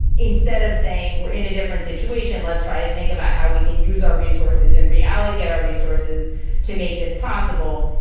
instead of saying we're in a different situation, let's try to think about how we can use our resources and reallocate our resources to make this possible.